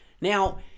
Now